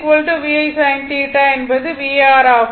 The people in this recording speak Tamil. Q VI sin θ என்பது VAr ஆகும்